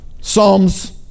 Psalms